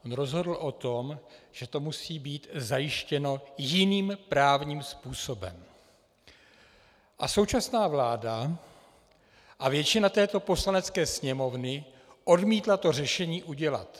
On rozhodl o tom, že to musí být zajištěno jiným právním způsobem, a současná vláda a většina této Poslanecké sněmovny odmítla to řešení udělat.